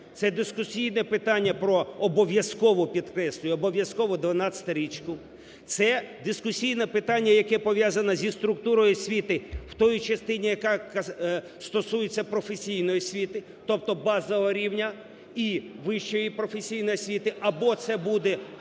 це дискусійне питання про обов'язково, підкреслюю, обов'язково дванадцятирічку, це дискусійне питання, яке пов'язане зі структурою освіти в тій частині, яка стосується професійної освіти, тобто базового рівня, і вищої професійної освіти або це буде просто